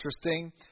interesting